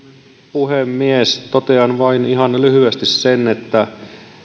puhemies totean vain ihan lyhyesti sen